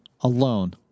alone